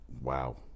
wow